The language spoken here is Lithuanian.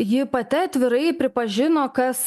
ji pati atvirai pripažino kas